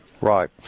Right